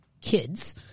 kids